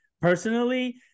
personally